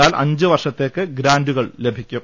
എന്നാൽ അഞ്ച് വർഷത്തേക്ക് ഗ്രാന്റുകൾ ലഭിക്കും